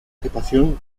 equipación